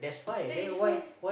that is why